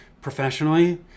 professionally